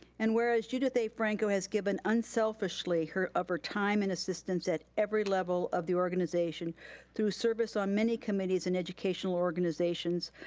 and whereas judith a. franco has given unselfishly of her time and assistance at every level of the organization through service on many committees and educational organizations,